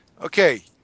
Okay